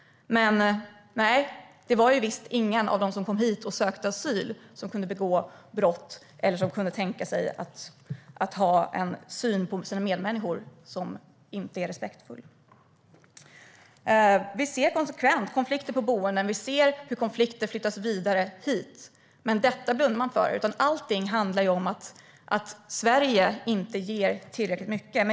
Men nej, det var visst ingen av dem som kom hit och sökte asyl som kunde begå brott eller som inte hade en respektfull syn på sina medmänniskor. Vi ser konsekvenserna av konflikter på boenden, och vi ser att de har flyttats vidare hit. Men detta blundar man för. Allting handlar om att Sverige inte ger tillräckligt mycket.